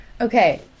Okay